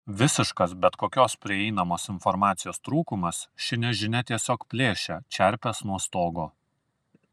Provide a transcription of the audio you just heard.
visiškas bet kokios prieinamos informacijos trūkumas ši nežinia tiesiog plėšia čerpes nuo stogo